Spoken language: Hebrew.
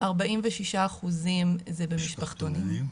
46% זה במשפחתונים.